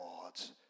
God's